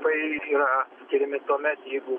tai yra skiriami tuomet jeigu